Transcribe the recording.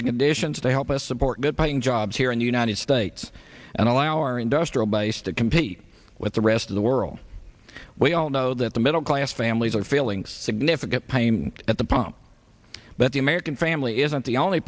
the conditions they help us support good buying jobs here in the united states and all our industrial base to compete with the rest of the world we all know that the middle class families are feeling significant pain at the pump but the american family isn't the only